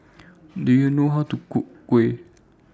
Do YOU know How to Cook Kuih